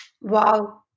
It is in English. Wow